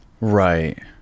Right